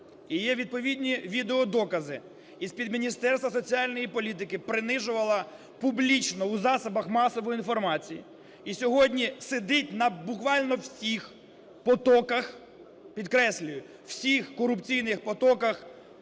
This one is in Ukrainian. є відповідні відеодокази з-під Міністерства соціальної політики, принижувала публічно у засобах масової інформації, і сьогодні сидить буквально на всіх потоках, підкреслюю, всіх корупційних потоках